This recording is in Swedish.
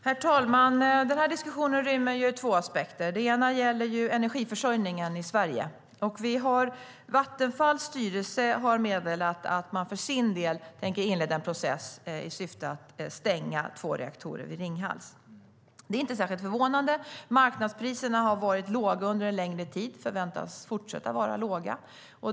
Herr talman! Den här diskussionen rymmer två aspekter. Den ena gäller energiförsörjningen i Sverige. Vattenfalls styrelse har meddelat att den för sin del tänker inleda en process i syfte att stänga två reaktorer vid Ringhals. Det är inte särskilt förvånande. Marknadspriserna har varit låga under en längre tid och förväntas fortsätta att vara låga.